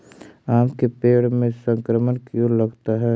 आम के पेड़ में संक्रमण क्यों लगता है?